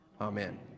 Amen